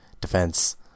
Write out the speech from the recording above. defense